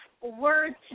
words